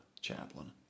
chaplain